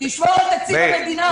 תשמור על תקציב המדינה.